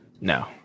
No